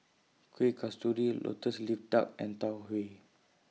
Kueh Kasturi Lotus Leaf Duck and Tau Huay